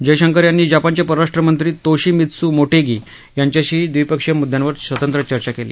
जयशंकर यांनी जपानचे परराष्ट्र मंत्री तोषिमित्स् मोटेगी यांच्याशीही दविपक्षीय म्दद्द्यांवर स्वतंत्र चर्चा केली